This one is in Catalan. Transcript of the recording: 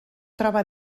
troba